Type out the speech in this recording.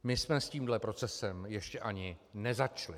My jsme s tímto procesem ještě ani nezačali.